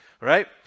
right